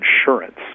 insurance